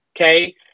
Okay